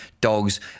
dogs